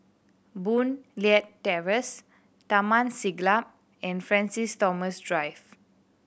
Boon Leat Terrace Taman Siglap and Francis Thomas Drive